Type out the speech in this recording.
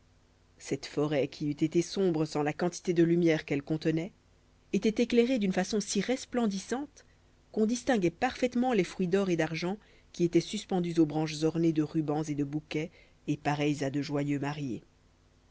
cette forêt qui eût été sombre sans la quantité de lumières qu'elle contenait était éclairée d'une façon si resplendissante qu'on distinguait parfaitement les fruits d'or et d'argent qui étaient suspendus aux branches ornées de rubans et de bouquets et pareilles à de joyeux mariés